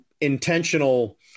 intentional